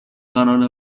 کانال